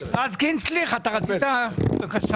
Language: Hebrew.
רז קינסטליך, בבקשה.